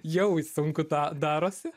jau sunku tą darosi